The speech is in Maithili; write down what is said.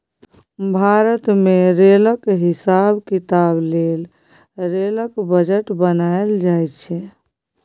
भारत मे रेलक हिसाब किताब लेल रेल बजट बनाएल जाइ छै